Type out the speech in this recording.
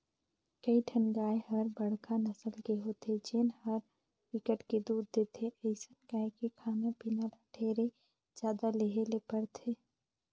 कइठन गाय ह बड़का नसल के होथे जेन ह बिकट के दूद देथे, अइसन गाय के खाना पीना ल ढेरे जादा देहे ले परथे